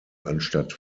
anstatt